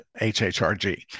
HHRG